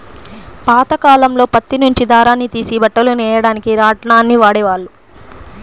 పాతకాలంలో పత్తి నుంచి దారాన్ని తీసి బట్టలు నెయ్యడానికి రాట్నాన్ని వాడేవాళ్ళు